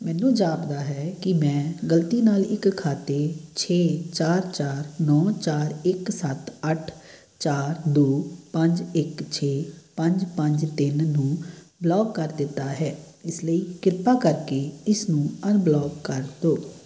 ਮੈਨੂੰ ਜਾਪਦਾ ਹੈ ਕਿ ਮੈਂ ਗਲਤੀ ਨਾਲ ਇੱਕ ਖਾਤੇ ਛੇ ਚਾਰ ਚਾਰ ਨੌਂ ਚਾਰ ਇੱਕ ਸੱਤ ਅੱਠ ਚਾਰ ਦੋ ਪੰਜ ਇੱਕ ਛੇ ਪੰਜ ਪੰਜ ਤਿੰਨ ਨੂੰ ਬਲੌਕ ਕਰ ਦਿੱਤਾ ਹੈ ਇਸ ਲਈ ਕਿਰਪਾ ਕਰਕੇ ਇਸਨੂੰ ਅਨਬਲੌਕ ਕਰ ਦਿਓ